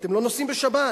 אתם לא נוסעים בשבת,